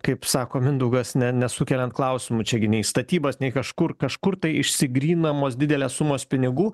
kaip sako mindaugas ne nesukeliant klausimų čiagi nei statybas nei kažkur kažkur tai išsigrynindamos didelės sumos pinigų